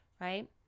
right